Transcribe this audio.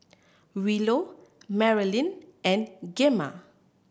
Willow Marylyn and Gemma